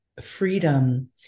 freedom